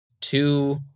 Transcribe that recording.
two